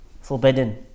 forbidden